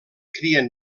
crien